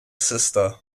sister